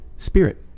spirit